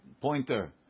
pointer